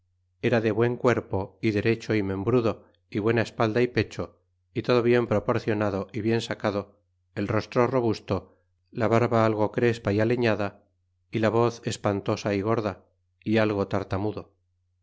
era de buen cuerpo e derecho membrudo is buena espalda pecho todo bien propordonado bien sacado el rostro robusto la barba algo crespa é alheñada é la voz espantosa é gorda algo tartamudo